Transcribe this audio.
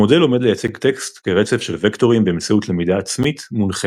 המודל לומד לייצג טקסט כרצף של וקטורים באמצעות למידה עצמית-מונחית.